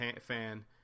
fan